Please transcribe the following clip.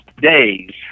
days